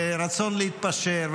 ורצון להתפשר,